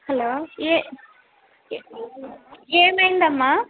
hello ఏ ఏమైందమ్మా